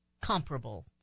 comparable